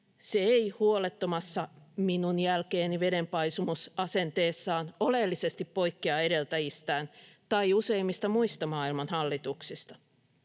se ei huolettomassa ”minun jälkeeni vedenpaisumus” -asenteessaan oleellisesti poikkea edeltäjistään tai useimmista muista maailman hallituksista.